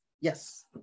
yes